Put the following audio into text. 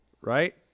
right